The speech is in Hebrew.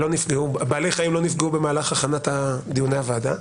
בעלי חיים לא נפגעו במהלך הכנת דיוני הוועדה.